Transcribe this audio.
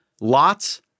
lots